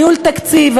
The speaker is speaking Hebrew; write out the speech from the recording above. ניהול תקציב,